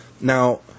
Now